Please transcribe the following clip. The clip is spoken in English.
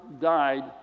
died